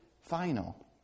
final